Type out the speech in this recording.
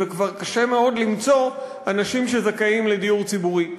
וכבר קשה מאוד למצוא אנשים שזכאים לדיור ציבורי.